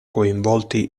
coinvolti